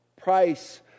price